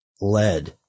lead